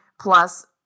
plus